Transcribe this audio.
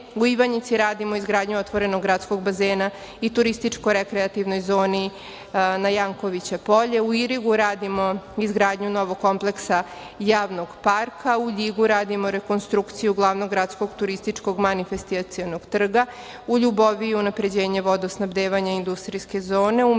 u Ivanjici radimo izgradnju otvorenog gradskog bazena i turističko-rekreativnoj zoni na Jankovića polju, u Irigu radimo izgradnju novog kompleksa javnog parka, u Ljigu radimo rekonstrukciju glavnog gradskog turističkog manifestacionog trga, u Ljuboviji unapređenje vodosnabdevanja industrijske zone,